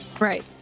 Right